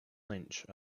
lynch